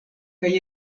kaj